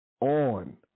on